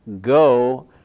go